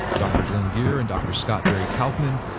dr. glenn geher and dr. scott barry kaufman.